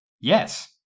Yes